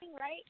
right